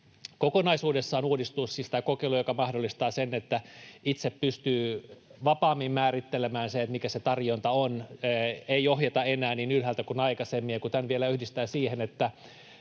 Kokonaisuudessaan tätä kokeilua, joka mahdollistaa sen, että itse pystyy vapaammin määrittelemään sen, mikä se tarjonta on, ei ohjata enää niin ylhäältä kuin aikaisemmin, ja kun tämän vielä yhdistää siihen,